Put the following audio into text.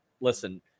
listen